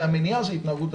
והמניעה זה התנהגות הציבור.